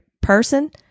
person